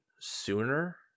sooner